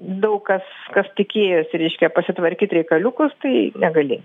daug kas kas tikėjosi reiškia pasitvarkyt reikaliukus tai negalėjo